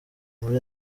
muri